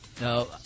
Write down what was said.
No